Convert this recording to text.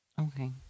Okay